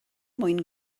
mwyn